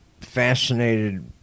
fascinated